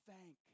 thank